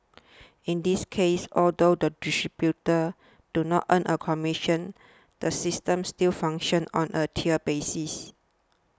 in this case although the distributors do not earn a commission the system still functions on a tiered basis